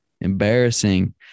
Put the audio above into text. Embarrassing